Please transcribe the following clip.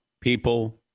people